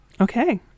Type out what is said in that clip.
Okay